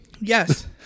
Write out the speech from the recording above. Yes